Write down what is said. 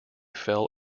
fell